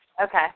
Okay